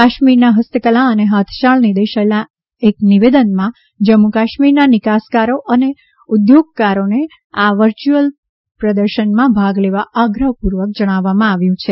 કાશ્મીરના ફસ્તકલા અને હાથશાળ નિદેશાલયના એક નિવેદનમાં જમ્મુ કાશ્મીરના નિકાસકારો અને ઉદ્યોગકારોને આ વર્ચ્યુઅલ પ્રદર્શનમાં ભાગ લેવા આગ્રહપૂર્વક જણાવવામાં આવ્યું છે